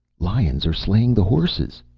lions are slaying the horses!